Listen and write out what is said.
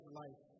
life